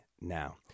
now